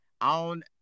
on